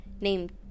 named